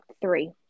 three